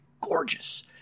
gorgeous